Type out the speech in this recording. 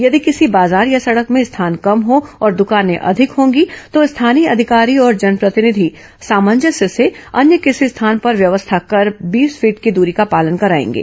यदि किसी बाजार या सड़क में स्थान कम हो और दुकाने अधिक होगी तो स्थानीय अधिकांशी और जनप्रतिनिधि सामंजस्य से अन्य किसी स्थान पर व्यवस्था कर बींस फीट की दूरी का पालन कराएंगे